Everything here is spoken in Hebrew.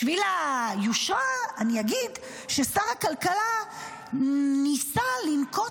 בשביל היושרה אני אגיד ששר הכלכלה ניסה לנקוט